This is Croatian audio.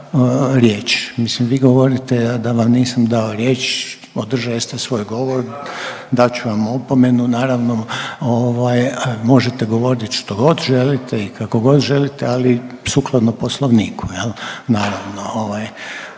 riječ, mislim vi govorite, a da vam nisam dao riječ, održali ste svoj govor dat ću vam opomenu naravno ovaj možete govoriti štogod želite i kakogod želite, ali sukladno poslovniku jel naravno.